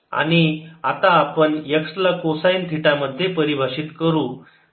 आता आपण x ला कोसाईन थिटा मध्ये परिभाषित करू